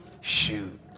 Shoot